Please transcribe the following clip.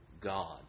God